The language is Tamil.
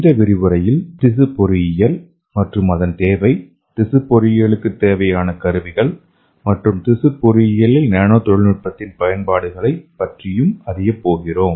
இந்த விரிவுரையில் திசு பொறியியல் மற்றும் அதன் தேவை திசு பொறியியலுக்குத் தேவையான கருவிகள் மற்றும் திசு பொறியியலில் நானோ தொழில்நுட்பத்தின் பயன்பாடுகளைப் பற்றியும் அறியப் போகிறோம்